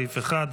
סעיף 1,